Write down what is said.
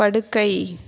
படுக்கை